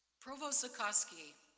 provost zukoski,